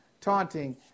taunting